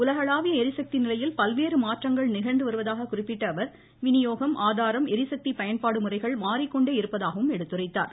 உலகளாவிய எரிசக்தி நிலையில் பல்வேறு மாற்றங்கள் நிகழ்ந்து வருவதாக குறிப்பிட்ட அவர் விநியோகம் ஆதாரம் எரிசக்தி பயன்பாடு முறைகள் மாறிக்கொண்டே இருப்பதாகவும் எடுத்துரைத்தார்